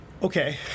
Okay